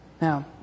Now